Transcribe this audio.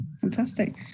fantastic